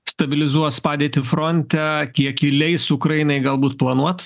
stabilizuos padėtį fronte kiek ji leis ukrainai galbūt planuot